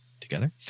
together